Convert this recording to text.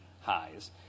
highs